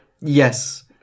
Yes